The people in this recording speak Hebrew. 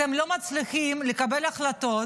אתם לא מצליחים לקבל החלטות.